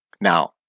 Now